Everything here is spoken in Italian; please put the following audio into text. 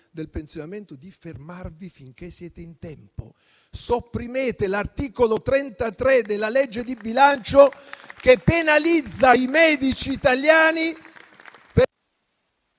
del pensionamento, di fermarvi finché siete in tempo. Sopprimete l'articolo 33 del disegno di legge di bilancio che penalizza i medici italiani che